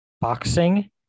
Boxing